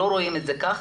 לא רואים את זה ככה,